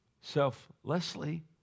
selflessly